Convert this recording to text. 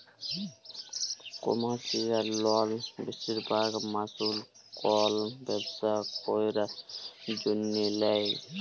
commercial লল বেশিরভাগ মালুস কল ব্যবসা ক্যরার জ্যনহে লেয়